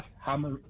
Hammer